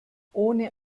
ohne